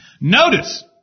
Notice